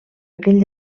aquell